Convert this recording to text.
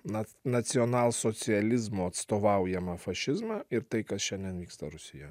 na nacionalsocializmo atstovaujamą fašizmą ir tai kas šiandien vyksta rusijoj